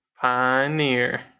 Pioneer